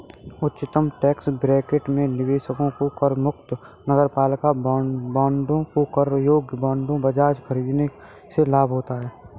उच्चतम tax bracket में निवेशकों को करमुक्त नगरपालिका बांडों को कर योग्य बांडों के बजाय खरीदने से लाभ होता है